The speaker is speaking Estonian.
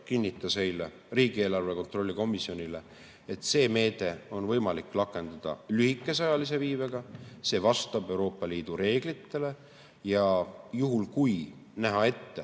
kinnitas eile riigieelarve kontrolli komisjonile, et seda meedet on võimalik rakendada lühikese ajalise viibega. See vastab Euroopa Liidu reeglitele. Vastavalt Euroopa Liidu